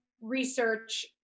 research